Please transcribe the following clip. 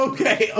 Okay